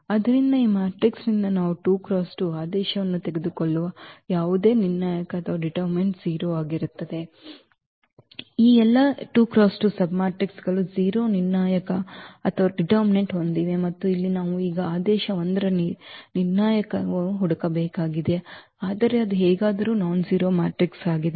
ಆದ್ದರಿಂದ ಈ ಮ್ಯಾಟ್ರಿಕ್ಸ್ನಿಂದ ನಾವು 2 × 2 ಆದೇಶವನ್ನು ತೆಗೆದುಕೊಳ್ಳುವ ಯಾವುದೇ ನಿರ್ಣಾಯಕ ಉತ್ತರ 0 ಎಲ್ಲಾ 2 × 2 ಸಬ್ಮ್ಯಾಟ್ರಿಕ್ಗಳು 0 ನಿರ್ಣಾಯಕವನ್ನು ಹೊಂದಿವೆ ಮತ್ತು ಇಲ್ಲಿ ನಾವು ಈಗ ಆದೇಶ 1 ರ ಈ ನಿರ್ಣಾಯಕವನ್ನು ಹುಡುಕಬೇಕಾಗಿದೆ ಆದರೆ ಅದು ಹೇಗಾದರೂ ನಾನ್ಜೆರೋ ಮ್ಯಾಟ್ರಿಕ್ಸ್ ಆಗಿದೆ